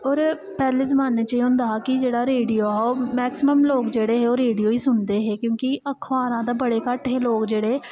होर पैह्ले जमान्ने च एह् होंदा हा कि जेह्ड़ा रेडियो ऐ ओह् मैकसिमम लोग जेह्ड़े हे ओह् रेडियो गै सुनदे हे क्योंकि अखबारां ते बड़े घट्ट हे लोग जेह्ड़े